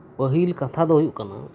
ᱯᱟᱹᱦᱤᱞ ᱠᱟᱛᱷᱟ ᱫᱚ ᱦᱩᱭᱩᱜ ᱠᱟᱱᱟ